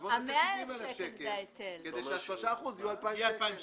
בוא נקבע 70,000 שקל כדי ש-3% יהיו 2,000 שקל.